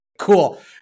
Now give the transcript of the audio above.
Cool